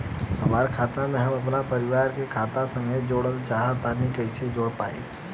हमार खाता के हम अपना परिवार के खाता संगे जोड़े चाहत बानी त कईसे जोड़ पाएम?